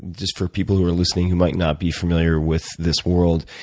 just for people who are listening who might not be familiar with this world,